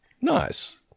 nice